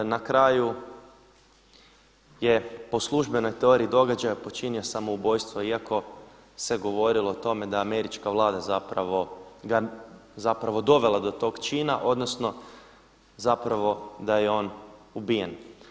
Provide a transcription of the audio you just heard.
Na kraju je po službenoj teoriji događaja počinio samoubojstvo, iako se govorilo o tome da američka vlada zapravo dovela do tog čina odnosno da je on ubijen.